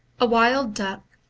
a wild duck,